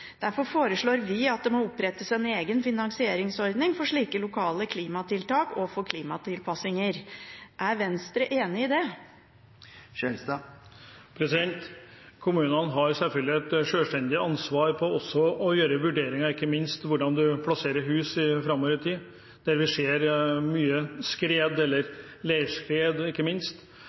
Derfor foreslår vi at det må opprettes en egen finansieringsordning for slike lokale klimatiltak overfor klimatilpasninger. Er Venstre enig i det? Kommunene har selvfølgelig et selvstendig ansvar for å gjøre vurderinger, ikke minst hvor man i framtiden plasserer hus på steder der det har gått mange skred – ikke minst